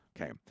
Okay